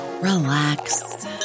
relax